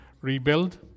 rebuild